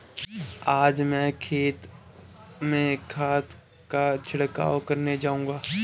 आज मैं खेत में खाद का छिड़काव करने जाऊंगा